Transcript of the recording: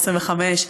25,